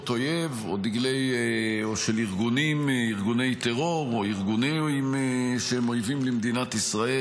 אויב או של ארגוני טרור או ארגונים שהם אויבים למדינת ישראל,